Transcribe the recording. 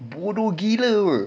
bodoh gila [pe]